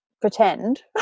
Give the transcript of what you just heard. pretend